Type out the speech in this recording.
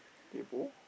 kaypoh